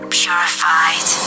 purified